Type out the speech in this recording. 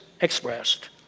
expressed